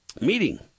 meeting